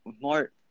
more